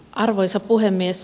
arvoisa puhemies